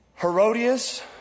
Herodias